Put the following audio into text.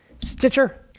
Stitcher